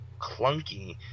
clunky